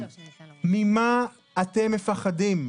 ממה אתם מפחדים?